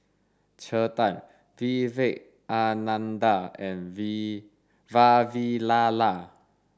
Chetan Vivekananda and We Vavilala